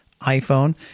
iPhone